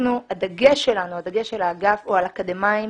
הדגש שלנו, הדגש של האגף, הוא על אקדמאים